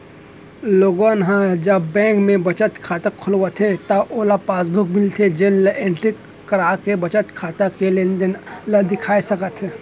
लोगन ह जब बेंक म बचत खाता खोलवाथे त ओला पासबुक मिलथे जेन ल एंटरी कराके बचत खाता के लेनदेन ल देख सकत हे